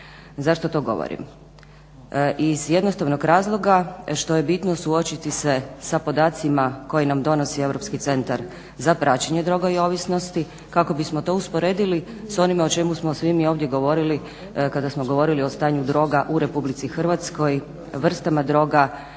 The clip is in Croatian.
Zašto to govorim? Iz jednostavnog razloga što je bitno suočiti se sa podacima koje nam donosi Europski centar za praćenje droga i ovisnosti kako bismo to usporedili s onime o čemu smo svi mi ovdje govorili kada smo govorili o stanju droga u RH, vrstama droga